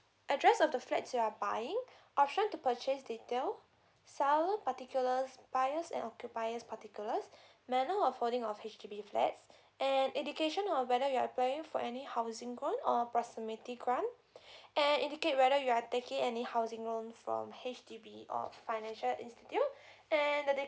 address of the flat you are buying option to purchase detail seller particular buyer and occupier particulars manner of holding of H_D_B flats and indication on whether you're applying for any housing loan or proximity grant and indicate whether you are taking any housing loan from H_D_B or financial institute and the